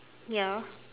ya